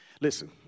Listen